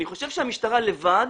אני חושב שהמשטרה לבד,